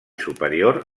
superior